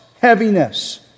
heaviness